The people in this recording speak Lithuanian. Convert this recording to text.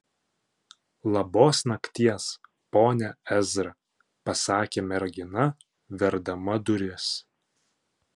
labos nakties pone ezra pasakė mergina verdama duris